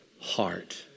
heart